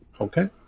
Okay